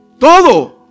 Todo